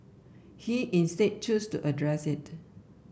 he instead chose to address it